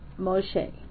Moshe